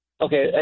Okay